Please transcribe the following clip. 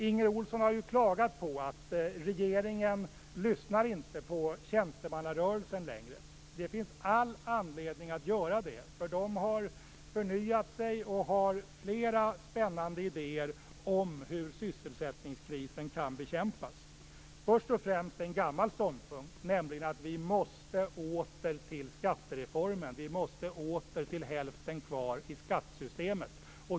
Inger Olsson har ju klagat på att regeringen inte lyssnar på tjänstemannarörelsen längre. Det finns all anledning att göra det. Man har förnyat sig och har flera spännande idéer om hur sysselsättningskrisen kan bekämpas. Först och främst är det en gammal ståndpunkt, nämligen att vi måste återgå till skattereformen, vi måste återgå till principen hälften kvar i skattesystemet.